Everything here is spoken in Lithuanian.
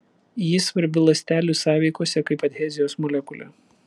ji svarbi ląstelių sąveikose kaip adhezijos molekulė